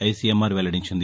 ICMR వెల్లడించింది